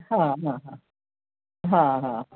हां हां हां हां हां हां